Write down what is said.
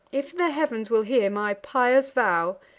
if the heav'ns will hear my pious vow,